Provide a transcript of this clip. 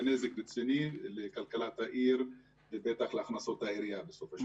וזה נזק רציני לכלכלת העיר ובטח להכנסות העירייה בסופו של דבר.